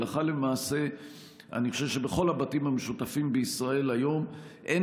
הלכה למעשה אני חושב שבכל הבתים המשותפים בישראל היום אין